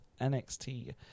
NXT